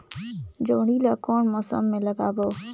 जोणी ला कोन मौसम मा लगाबो?